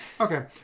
Okay